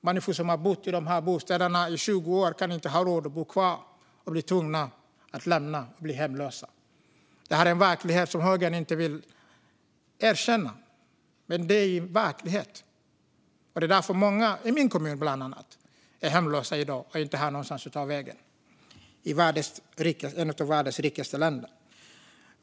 Människor som har bott i dessa bostäder i 20 år har inte råd att bo kvar och blir tvungna att lämna dem och bli hemlösa. Det är en verklighet som högern inte vill erkänna, men det är en verklighet. Det är därför många i bland annat min kommun är hemlösa i dag. De har inte någonstans att ta vägen. Så är det i ett av världens rikaste länder.